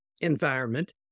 environment